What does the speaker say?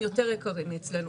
הם יותר יקרים מאצלנו,